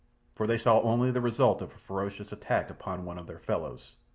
for they saw only the result of a ferocious attack upon one of their fellows.